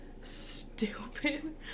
stupid